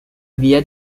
via